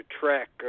track